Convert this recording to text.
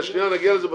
נגיד את זה בסוף,